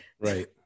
right